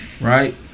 Right